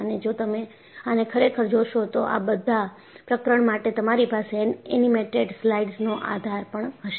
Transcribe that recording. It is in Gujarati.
અને જો તમે આને ખરેખર જોશો તો આ બધા પ્રકરણ માટે તમારી પાસે એનિમેટેડ સ્લાઇડ્સનો આધાર પણ હશે